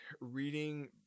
reading